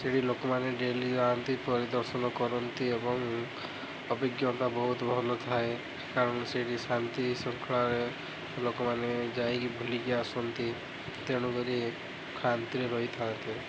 ସେଇଠି ଲୋକମାନେ ଡେଲି ଯାଆନ୍ତି ପରିଦର୍ଶନ କରନ୍ତି ଏବଂ ଅଭିଜ୍ଞତା ବହୁତ ଭଲ ଥାଏ କାରଣ ସେଇଠି ଶାନ୍ତି ଶୃଙ୍ଖଳାରେ ଲୋକମାନେ ଯାଇକି ବୁଲିକି ଆସନ୍ତି ତେଣୁକରି ଶାନ୍ତିରେ ରହିଥାନ୍ତି